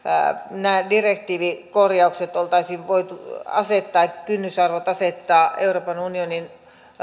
nämä direktiivikorjaukset oltaisiin voitu asettaa kynnysarvot asettaa euroopan unionin